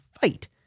fight